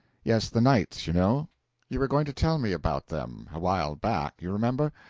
yes the knights, you know you were going to tell me about them. a while back, you remember.